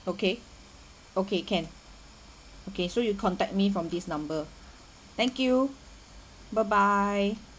okay okay can okay so you contact me from this number thank you bye bye